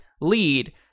lead